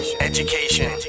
education